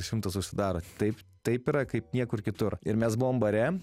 šimtas užsidaro taip taip yra kaip niekur kitur ir mes buvom bare